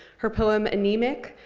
her poem, anemic,